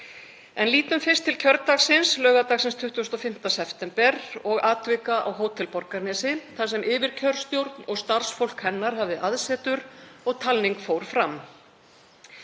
En lítum fyrst til kjördagsins, laugardagsins 25. september, og atvika á Hótel Borgarnesi þar sem yfirkjörstjórn og starfsfólk hennar hafði aðsetur og talning fór fram.